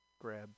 grab